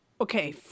Okay